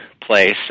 place